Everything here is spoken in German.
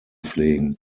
pflegen